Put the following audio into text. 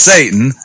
Satan